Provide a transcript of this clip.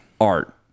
art